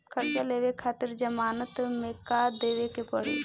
कर्जा लेवे खातिर जमानत मे का देवे के पड़ी?